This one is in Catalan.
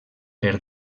per